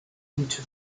into